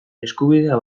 eskubidea